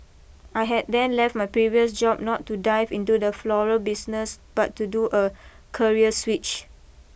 I had then left my previous job not to dive into the floral business but to do a career switch